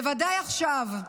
בוודאי עכשיו,